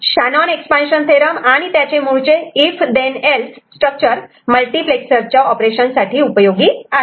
Shannon expansion theorem Shanon's expansion theorem आणि त्याचे मूळचे इफ देन एल्स स्ट्रक्चर मल्टिप्लेक्सरच्या ऑपरेशन साठी उपयोगी आहे